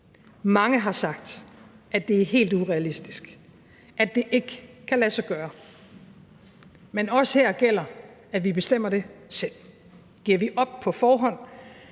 Mange har sagt, at det er helt urealistisk, at det ikke kan lade sig gøre, men også her gælder det, at vi bestemmer det selv: Giver vi op på forhånd,